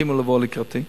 שהסכימו לבוא לקראתי.